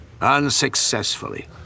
Unsuccessfully